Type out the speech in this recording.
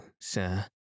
sir